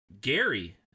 Gary